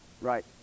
right